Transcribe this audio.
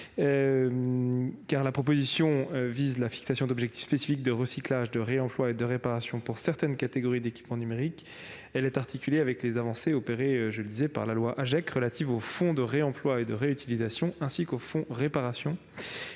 Cette proposition vise, en effet, la fixation d'objectifs spécifiques de recyclage, de réemploi et de réparation pour certaines catégories d'équipements numériques. Elle est articulée avec les avancées opérées par la loi AGEC et relatives au fonds de réemploi et de réutilisation, ainsi qu'au fonds de réparation.